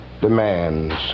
demands